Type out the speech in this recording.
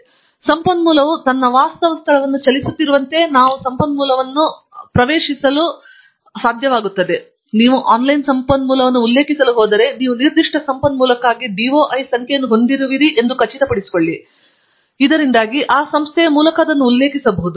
ಆದ್ದರಿಂದ ಸಂಪನ್ಮೂಲವು ತನ್ನ ವಾಸ್ತವ ಸ್ಥಳವನ್ನು ಚಲಿಸುತ್ತಿರುವಂತೆ ನಾವು ಸಂಪನ್ಮೂಲವನ್ನು ಪ್ರವೇಶಿಸಲು ಸಾಧ್ಯವಾಗುತ್ತದೆ ಮತ್ತು ನೀವು ಆನ್ಲೈನ್ ಸಂಪನ್ಮೂಲವನ್ನು ಉಲ್ಲೇಖಿಸಲು ಹೋದರೆ ನೀವು ನಿರ್ದಿಷ್ಟ ಸಂಪನ್ಮೂಲಕ್ಕಾಗಿ DOI ಸಂಖ್ಯೆಯನ್ನು ಹೊಂದಿರುವಿರಿ ಎಂದು ಖಚಿತಪಡಿಸಿಕೊಳ್ಳಿ ಇದರಿಂದಾಗಿ ಆ ಸಂಖ್ಯೆಯ ಮೂಲಕ ಅದನ್ನು ಉಲ್ಲೇಖಿಸಬಹುದು